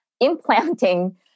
implanting